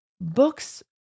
books